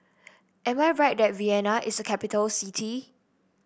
am I right that Vienna is a capital city